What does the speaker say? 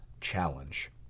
challenge